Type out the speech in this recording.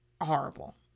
horrible